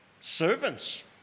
servants